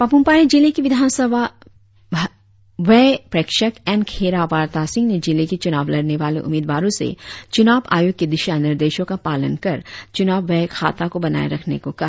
पापुम पारे जिले के विधानसभा व्यय प्रेक्षक एन खेड़ा वारता सिंह ने जिले के चुनाव लड़ने वाले उम्मीदवारों से चुनाव आयोग के दिशा निर्देशों का पालन कर चुनाव व्यय खाता को बनाए रखने को कहा